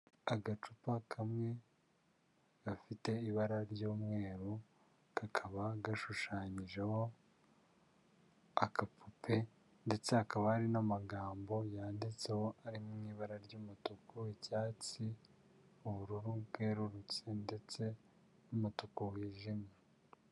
Agacupa kamwe gafite ibara ry'umweru, kakaba gashushanyijeho agakapupe, ndetse hakaba hari n'amagambo yanditseho ari mu ibara ry'umutuku, icyatsi, ubururu bwerurutse ndetse n'umutuku wijimye.